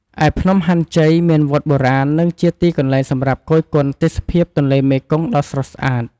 ឯភ្នំហាន់ជ័យ មានវត្តបុរាណ និងជាទីកន្លែងសម្រាប់គយគន់ទេសភាពទន្លេមេគង្គដ៏ស្រស់ស្អាត។